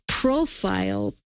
profile